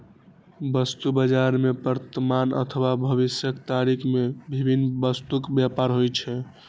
वस्तु बाजार मे वर्तमान अथवा भविष्यक तारीख मे विभिन्न वस्तुक व्यापार होइ छै